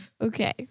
Okay